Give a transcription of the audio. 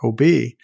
OB